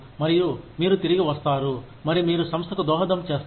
మరియు మీరు తిరిగి వస్తారు మరి మీరు సంస్థకు దోహదం చేస్తారు